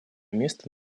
место